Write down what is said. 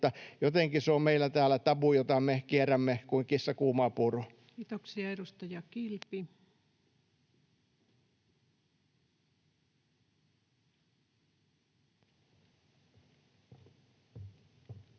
jotenkin se on meillä täällä tabu, jota me kierrämme kuin kissa kuumaa puuroa. Kiitoksia. — Edustaja Kilpi. Arvoisa